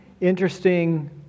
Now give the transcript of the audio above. interesting